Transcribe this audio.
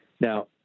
Now